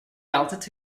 altitude